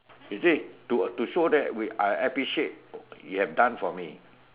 is it to to show that I I appreciate you have done for me